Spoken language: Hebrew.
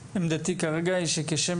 עמדתי, כרגע, היא שכשם